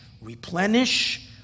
replenish